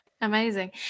amazing